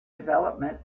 development